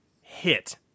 hit